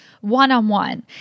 one-on-one